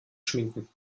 schminken